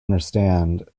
understand